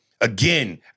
Again